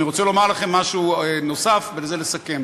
אני רוצה לומר כאן משהו נוסף, ובזה לסכם: